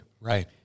Right